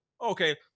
okay